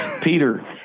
Peter